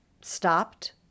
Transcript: stopped